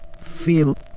feel